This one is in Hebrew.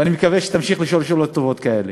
ואני מקווה שתמשיך לשאול שאלות טובות כאלה.